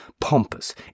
pompous